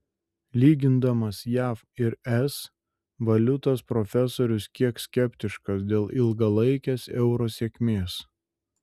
lygindamas jav ir es valiutas profesorius kiek skeptiškas dėl ilgalaikės euro sėkmės